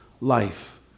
life